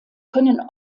können